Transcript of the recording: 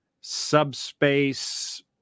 subspace